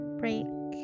break